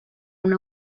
una